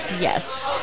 Yes